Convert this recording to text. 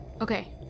Okay